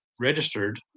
registered